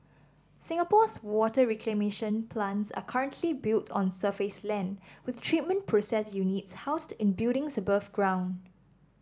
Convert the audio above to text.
Singapore's water reclamation plants are currently built on surface land with treatment process units housed in buildings above ground